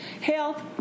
Health